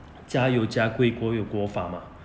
家有家规国有国法 mah